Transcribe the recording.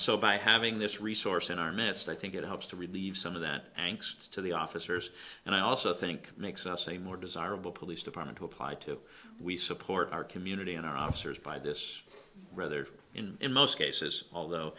so by having this resource in our midst i think it helps to relieve some of that thanks to the officers and i also think makes us a more desirable police department to apply to we support our community and our officers by this rather in in most cases although